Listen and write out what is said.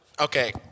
Okay